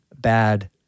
bad